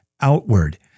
outward